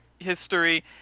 history